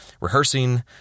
rehearsing